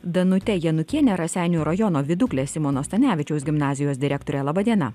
danute janukiene raseinių rajono viduklės simono stanevičiaus gimnazijos direktore laba diena